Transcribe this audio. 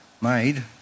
made